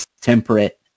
temperate